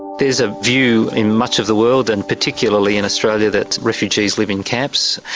there is a view in much of the world and particularly in australia that refugees live in camps,